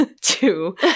Two